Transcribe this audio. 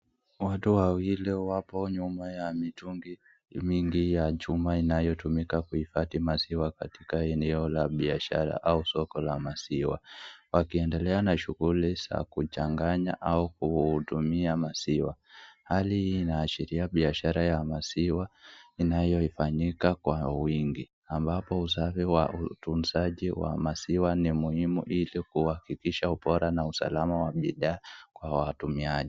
Watu wawili wapo nyuma ya mitungi mbili ya nyuma ipo katika nyumba ya kuhifadhi maziwa au soko la maziwa, wakiendelea ma shughuli ya kuchanganya au kushughulikia maziwa. Hali hii inaashiria biashara ya maziwa inayofanyika kwa wingi, utunzaji wa maziwa ni muhimu ili kuhahikisha ubora na usalama wa bidhaa kwa watumiaji.